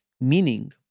meaning